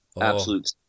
Absolute